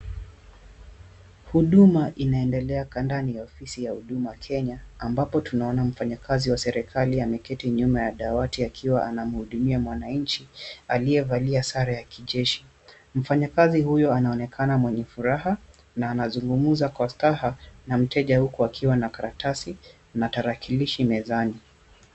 Huduma inaendelea kwa ndani ya ofisi ya huduma Kenya, ambapo tunaona mfanyikazi wa serikali ameketi nyuma ya dawati akiwa anamuhudumia mwananchi aliyevalia sare ya kijeshi. Mfanyikazi huyo anaonekana mwenye furaha na anazungumza kwa staha na mteja huku akiwa na karatasi na tarakilishi mezani.